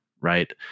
right